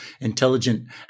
intelligent